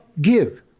Give